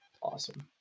awesome